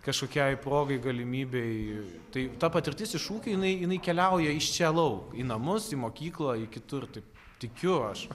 kažkokiai progai galimybei tai ta patirtis iš ūkio jinai jinai keliauja iš čia lauk į namus į mokyklą į kitur taip tikiu aš